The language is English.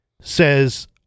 says